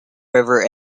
river